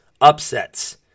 upsets